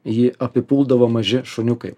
jį apipuldavo maži šuniukai